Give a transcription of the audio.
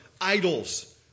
idols